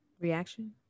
reaction